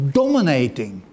dominating